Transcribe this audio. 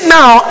now